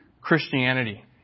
Christianity